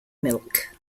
milk